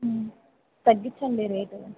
తగ్గించండి రేట్